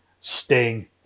Sting